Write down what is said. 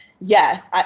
Yes